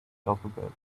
alphabet